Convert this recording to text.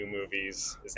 movies